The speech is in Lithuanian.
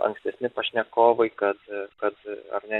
ankstesni pašnekovai kad kad ar ne